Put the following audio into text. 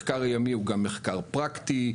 מחקר ימי הוא גם מחקר פרקטי,